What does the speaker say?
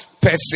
person